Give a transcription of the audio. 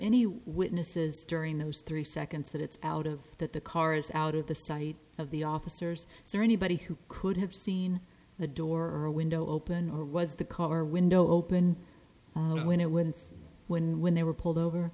any witnesses during those three seconds that it's out of that the car's out of the sight of the officers is there anybody who could have seen the door window open or was the color window open when it wins when when they were pulled over